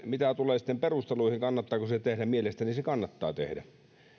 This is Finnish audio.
mitä tulee sitten perusteluihin kannattaako se tehdä niin mielestäni se kannattaa tehdä